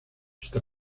esta